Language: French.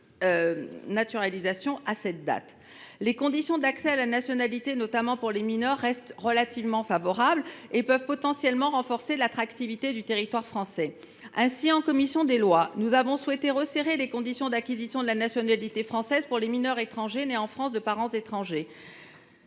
Les conditions d’accès à la nationalité, notamment pour les mineurs, restent relativement favorables, ce qui est susceptible de renforcer l’attractivité du territoire français. Aussi, en commission des lois, nous avons souhaité resserrer ces conditions pour les mineurs étrangers nés en France de parents étrangers.